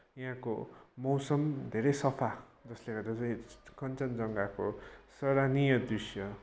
यहाँको मौसम धेरै सफा जसले गर्दा चाहिँ कञ्चनजङ्घाको सराहनीय दृष्य